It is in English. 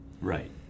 right